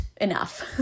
enough